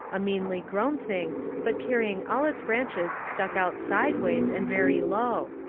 a meanly grown thing but carrying all its branches stuck out sideways and very low.